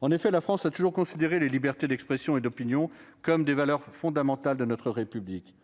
En effet, la France a toujours considéré les libertés d'expression et d'opinion comme des valeurs les plus fondamentales de la République.